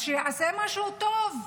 אז שיעשה משהו טוב,